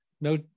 No